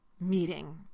meeting